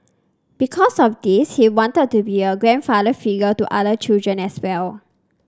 because of this he wanted to be a grandfather figure to other children as well